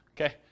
Okay